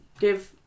give